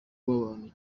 w’abantu